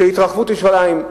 של התרחבות ירושלים,